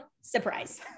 Surprise